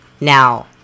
now